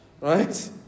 Right